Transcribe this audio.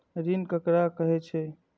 ऋण ककरा कहे छै?